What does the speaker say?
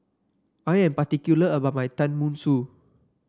I am particular about my Tenmusu